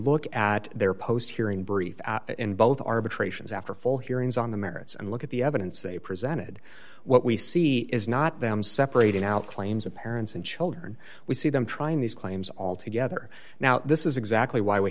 look at their post here in brief in both arbitrations after full hearings on the merits and look at the evidence they presented what we see is not them separating out claims of parents and children we see them trying these claims all together now this is exactly why we